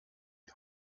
die